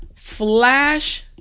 flash